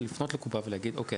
היא לפנות לקופה ולהגיד "אוקיי,